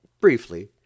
briefly